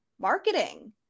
marketing